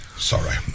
Sorry